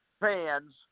fans